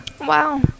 Wow